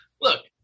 Look